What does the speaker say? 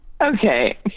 Okay